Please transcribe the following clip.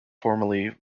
formally